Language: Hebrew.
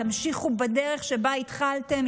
תמשיכו בדרך שבה התחלתם,